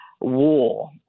war